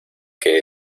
que